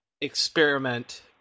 experiment